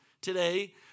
today